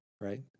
right